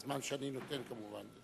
בזמן שאני נותן כמובן.